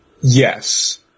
Yes